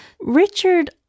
Richard